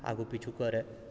आगू पिछू करै